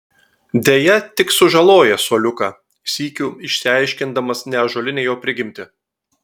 deja tik sužaloja suoliuką sykiu išsiaiškindamas neąžuolinę jo prigimtį